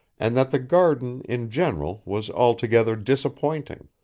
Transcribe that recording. and that the garden in general was altogether disappointing.